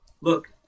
Look